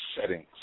settings